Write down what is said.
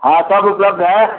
हाँ सब उपलब्ध है